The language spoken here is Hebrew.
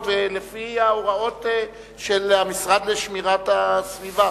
ולפי ההוראות של המשרד לשמירת הסביבה.